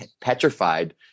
petrified